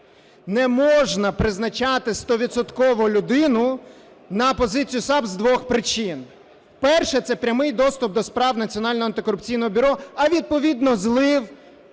Не можна призначати стовідсотково людину на позицію САП з двох причин. Перше. Це прямий доступ до справ Національного антикорупційного бюро, а відповідно злив